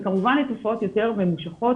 וכמובן תופעות יותר ממשוכות,